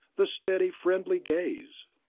the steady, friendly gaze.